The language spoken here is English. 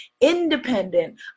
independent